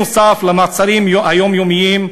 נוסף על המעצרים היומיומיים,